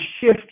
shift